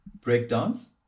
breakdowns